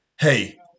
Hey